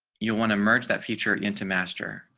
you want to merge that feature into master.